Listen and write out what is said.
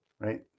right